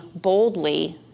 boldly